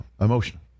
emotional